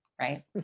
right